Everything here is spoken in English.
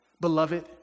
beloved